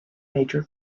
major